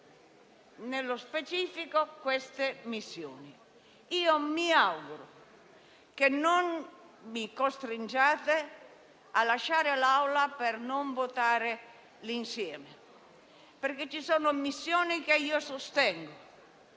nello specifico queste missioni. Mi auguro che non mi costringiate a lasciare l'Aula per non votare l'insieme, perché ci sono missioni che io sostengo.